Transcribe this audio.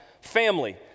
family